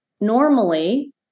normally